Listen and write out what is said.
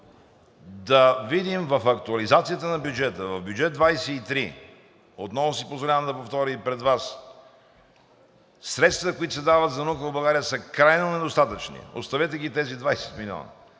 да видим в актуализацията на бюджета, в Бюджет 2023, отново си позволявам да повторя и пред Вас, средствата, които се дават за наука в България, са крайно недостатъчни. Оставете ги тези 20 милиона,